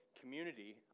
community